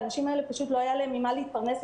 לאנשים האלה לא היה ממה להתפרנס,